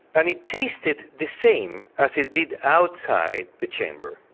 and it tasted the same as it did outside the chamber.